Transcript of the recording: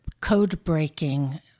code-breaking